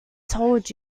told